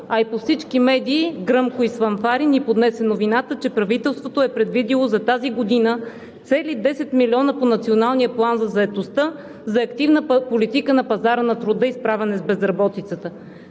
а и по всички медии, гръмко и с фанфари ни поднесе новината, че правителството е предвидило за тази година цели 10 милиона по Националния план за заетостта за активна политика на пазара на труда и справяне с безработицата.